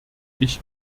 ich